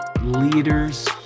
leaders